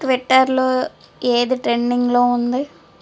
ట్విటర్లో ఏది ట్రెండింగ్లో ఉంది